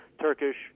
Turkish